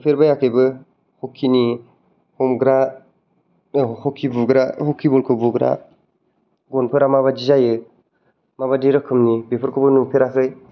नुफेरबायाखैबो हकिनि हमग्रा हकि बुग्रा हकि बलखौ बुग्रा गनफोरा माबादि जायो माबादि रोखोमनि बेफोरखौबो नुफेराखै